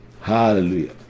Hallelujah